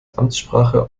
amtssprache